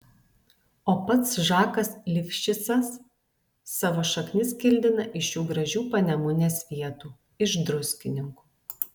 o pats žakas lifšicas savo šaknis kildina iš šių gražių panemunės vietų iš druskininkų